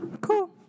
Cool